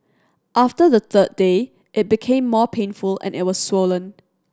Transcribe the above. after the third day it became more painful and it was swollen